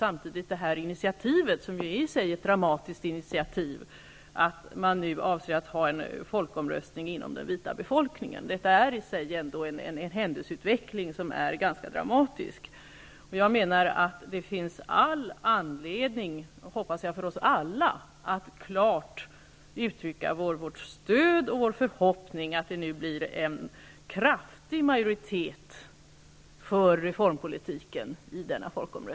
Samtidigt är det i sig ett dramatiskt initiativ att man nu avser att genomföra en folkomröstning inom den vita befolkningen. Detta är ändå i sig en händelseutveckling som är ganska dramatisk. Enligt min mening finns det all anledning för oss alla att klart uttrycka vårt stöd och vår förhoppning att det i denna folkomröstning blir en kraftig majoritet för reformpolitiken.